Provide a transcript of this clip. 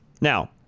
Now